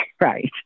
right